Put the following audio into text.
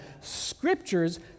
Scriptures